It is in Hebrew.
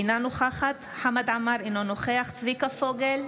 אינה נוכחת חמד עמאר, אינו נוכח צביקה פוגל,